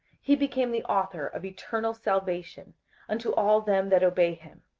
he became the author of eternal salvation unto all them that obey him